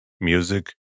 music